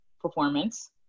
performance